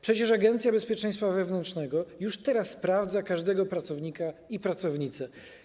Przecież Agencja Bezpieczeństwa Wewnętrznego już teraz sprawdza każdego pracownika i pracownicę.